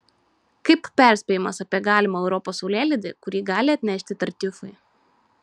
kaip perspėjimas apie galimą europos saulėlydį kurį gali atnešti tartiufai